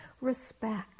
respect